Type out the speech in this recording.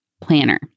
planner